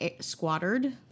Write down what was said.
squattered